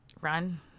run